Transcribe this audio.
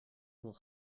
will